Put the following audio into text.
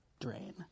drain